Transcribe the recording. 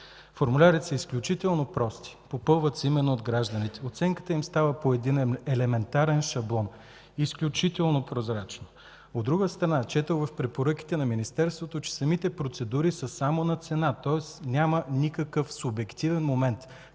Формулярите са изключително прости – попълват се от гражданите. Оценката им става по един елементарен шаблон, изключително прозрачно. От друга страна, четох в препоръките на Министерството, че самите процедури са само на цена, тоест няма никакъв субективен момент.